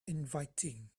inviting